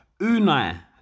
Unai